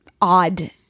odd